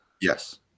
Yes